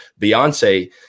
Beyonce